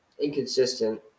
inconsistent